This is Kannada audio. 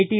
ಟಿ